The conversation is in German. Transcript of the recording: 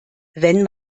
wenn